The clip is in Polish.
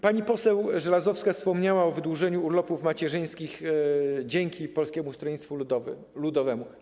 Pani poseł Żelazowska wspomniała o wydłużeniu urlopów macierzyńskich dzięki Polskiemu Stronnictwu Ludowemu.